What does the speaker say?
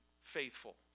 faithful